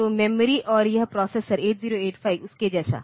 तो मेमोरी और यह प्रोसेसर 8085 उसके जैसा